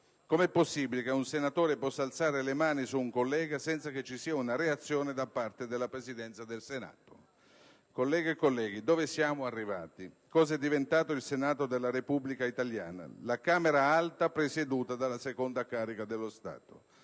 Come è possibile che un senatore possa alzare le mani su un collega senza che ci sia una reazione da parte della Presidenza del Senato? Colleghe e colleghi, dove siamo arrivati? Cosa è diventato il Senato della Repubblica italiana, la Camera alta presieduta dalla seconda carica dello Stato?